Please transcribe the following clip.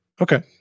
Okay